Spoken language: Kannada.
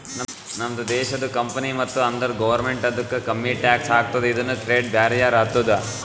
ನಮ್ದು ದೇಶದು ಕಂಪನಿ ಇತ್ತು ಅಂದುರ್ ಗೌರ್ಮೆಂಟ್ ಅದುಕ್ಕ ಕಮ್ಮಿ ಟ್ಯಾಕ್ಸ್ ಹಾಕ್ತುದ ಇದುನು ಟ್ರೇಡ್ ಬ್ಯಾರಿಯರ್ ಆತ್ತುದ